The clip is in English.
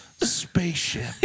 spaceship